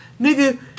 Nigga